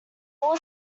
all